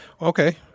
Okay